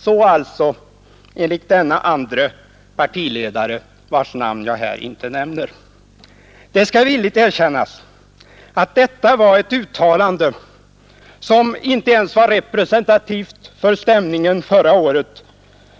Så alltså enligt denna andre partiledare, vars namn jag här inte nämner. Det skall villigt erkännas att detta var ett uttalande som inte ens var representativt för stämningen förra året